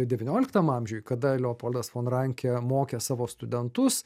devynioliktam amžiuj kada leopoldas von ranke mokė savo studentus